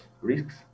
risks